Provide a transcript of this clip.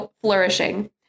flourishing